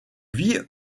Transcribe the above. vit